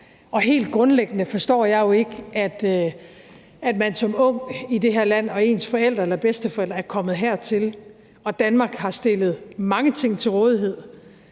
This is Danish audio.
Helt grundlæggende forstår jeg jo ikke, at man som ung i det her land – ens forældre eller bedsteforældre er kommet hertil, og Danmark har stillet mange ting til rådighed